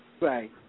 Right